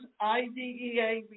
IDEA